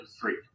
Three